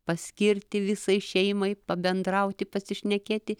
paskirti visai šeimai pabendrauti pasišnekėti